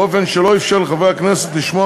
באופן שלא אִפשר לחברי הכנסת לשמוע